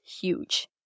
huge